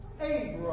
Abraham